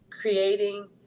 creating